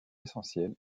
essentielle